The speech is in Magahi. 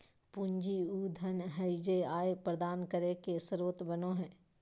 पूंजी उ धन हइ जे आय प्रदान करे के स्रोत बनो हइ